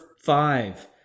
five